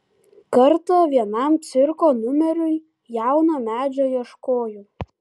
kartą vienam cirko numeriui jauno medžio ieškojau